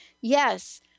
yes